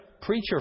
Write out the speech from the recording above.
preacher